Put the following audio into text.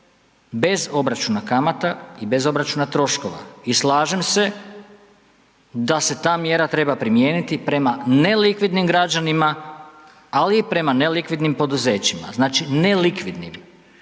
bez obračuna kamata i bez obračuna troškova. I slažem se da se ta mjera treba primijeniti prema nelikvidnim građanima, ali i prema nelikvidnim poduzećima. Znači, nelikvidnim.